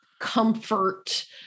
comfort